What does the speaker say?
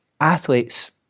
athletes